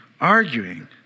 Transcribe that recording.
arguing